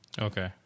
Okay